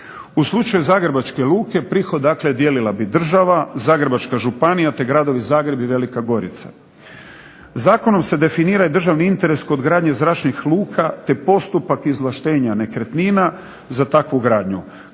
U slučaju Zagrebačke luke prihod dijelila bi država, Zagrebačka županija, te gradovi Zagreb i VElika Gorica. Zakonom se definira i državni interes kod gradnje zračnih luka te postupak izvlaštenja nekretnina za takvu gradnju.